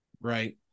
Right